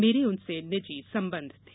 मैरे उनसे निजी संबंध थे